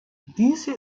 diese